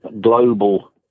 global